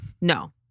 No